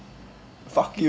fuck you